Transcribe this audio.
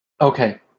Okay